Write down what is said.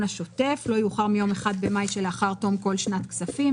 השוטף לא יאוחר מיום 1 במאי שלאחר תום כל שנת כספים.